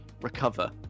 recover